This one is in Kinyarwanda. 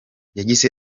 yagize